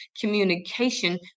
communication